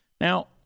Now